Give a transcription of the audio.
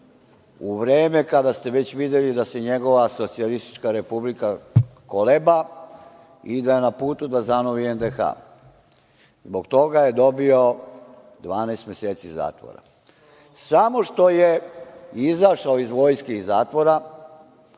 u vreme kada ste već videli da se njegova Socijalistička Republika koleba i da je na putu da zanovi NDH. Zbog toga je dobio 12 meseci zatvora. Samo što je izašao iz vojske i zatvora